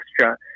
extra